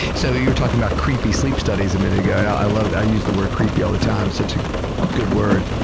so, you were talking about creepy sleep studies a minute ago. i love that, i use the word creepy all the time. such a good word.